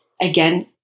again